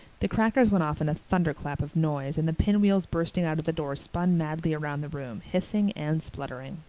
the crackers went off in a thunderclap of noise and the pinwheels bursting out of the door spun madly around the room, hissing and spluttering.